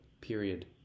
period